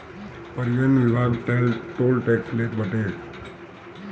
परिवहन विभाग toll tax लेत बाटे